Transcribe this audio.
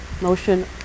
motion